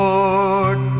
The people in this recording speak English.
Lord